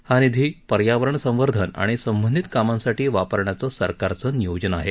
हा निधी पर्यावरण संवर्धन आणि संबंधित कामांसाठी वापरण्याचं सरकारचं नियोजन आहे